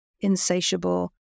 insatiable